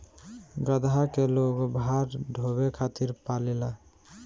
गदहा के लोग भार ढोवे खातिर पालेला